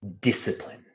discipline